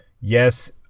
yes